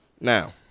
Now